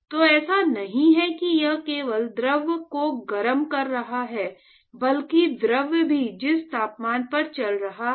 तो ऐसा नहीं है कि यह केवल द्रव को गर्म कर रहा है बल्कि द्रव भी जिस तापमान पर चल रहा है